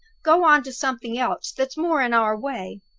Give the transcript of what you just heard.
go on to something else that's more in our way.